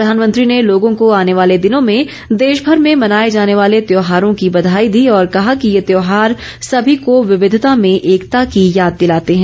प्रधानमंत्री ने लोगों को आने वाले दिनों में देशभर में मनाए जाने वाले त्योहारों की बधाई दी और कहा कि ये त्यौहार सभी को विविधता में एकता की याद दिलाते हैं